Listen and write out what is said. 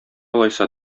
алайса